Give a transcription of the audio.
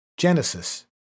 Genesis